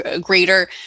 greater